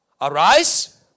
Arise